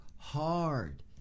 Hard